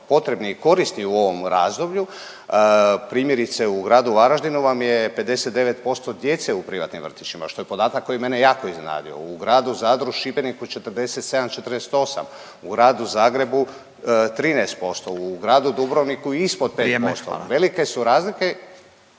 i korisni u ovom razdoblju primjerice u gradu Varaždinu vam je 59% djece u privatnim vrtićima što je podatak koji je mene jako iznenadio. U gradu Zadru, Šibeniku 47, 48, u Gradu Zagrebu 13%, u gradu Dubrovniku ispod 5%. …/Upadica